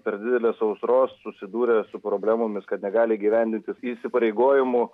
per didelės sausros susidūrę su problemomis kad negali įgyvendinti įsipareigojimų